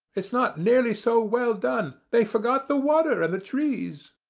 it's not nearly so well done. they forgot the water and the trees.